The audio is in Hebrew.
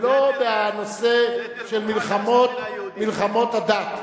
ולא בנושא של מלחמות דת,